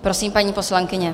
Prosím, paní poslankyně.